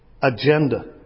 agenda